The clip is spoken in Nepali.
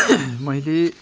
मैले